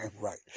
right